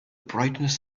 brightness